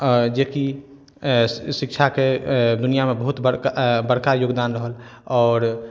जे कि शिक्षाके दुनिआमे बहुत बड़का योगदान रहल आओर